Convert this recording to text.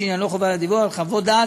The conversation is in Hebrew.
שעניינו חובת דיווח על חוות דעת,